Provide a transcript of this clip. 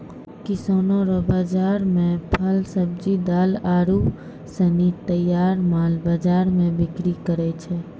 किसानो रो बाजार मे फल, सब्जी, दाल आरू सनी तैयार माल बाजार मे बिक्री करै छै